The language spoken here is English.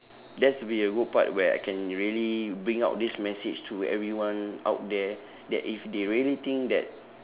that's be a good part where I can really bring out this message to everyone out there that if they really think that